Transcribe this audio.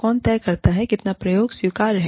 कौन तय करता है कितना प्रयोग स्वीकार्य है